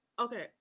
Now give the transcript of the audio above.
okay